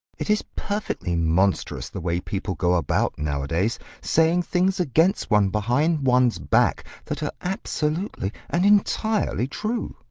it is perfectly monstrous the way people go about, nowadays, saying things against one behind one's back that are absolutely and entirely true.